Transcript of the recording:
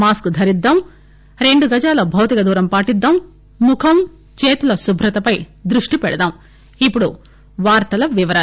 mask ధరిద్దాం రెండు గజాల భౌతిక దూరం పాటిద్దాం ముఖం చేతుల శుభ్రతపై దృష్టి పెడదాం ఇప్పుడు వార్తల వివరాలు